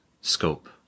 scope